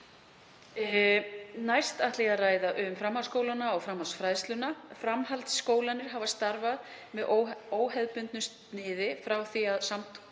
Næst ætla ég að ræða um framhaldsskólana og framhaldsfræðsluna. Framhaldsskólarnir hafa starfað með óhefðbundnu sniði frá því að